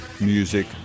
Music